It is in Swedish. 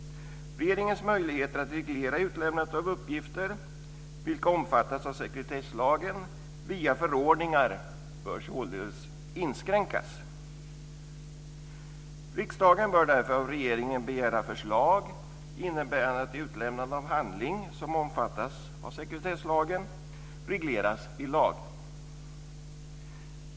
Regeringens möjligheter att reglera utlämnandet av uppgifter vilka omfattas av sekretesslagen via förordningar bör således inskränkas. Riksdagen bör därför av regeringen begära förslag innebärande att utlämnande av handling som omfattas av sekretesslagen regleras i lag.